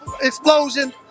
Explosion